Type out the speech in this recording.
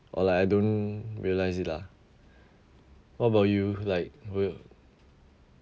or like I don't realise it lah what about you like will